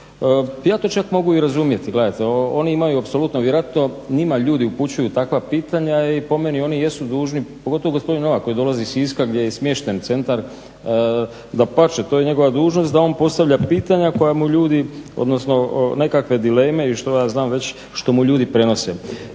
ja to čak mogu i razumjeti. Gledajte oni imaju apsolutno vjerojatno njima ljudi upućuju takva pitanja i po meni oni jesu dužni, pogotovo gospodin Novak koji dolazi iz Siska gdje je smješten centar, dapače to je njegova dužnost da on postavlja pitanja koja mu ljudi odnosno nekakve dileme i što ja znam već što mu ljudi prenose.